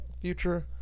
Future